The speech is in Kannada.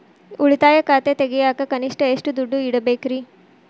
ಉಳಿತಾಯ ಖಾತೆ ತೆಗಿಯಾಕ ಕನಿಷ್ಟ ಎಷ್ಟು ದುಡ್ಡು ಇಡಬೇಕ್ರಿ?